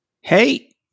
Hey